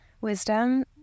wisdom